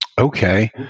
Okay